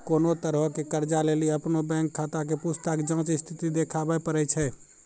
कोनो तरहो के कर्जा लेली अपनो बैंक खाता के पूछताछ जांच स्थिति देखाबै पड़ै छै